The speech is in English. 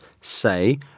say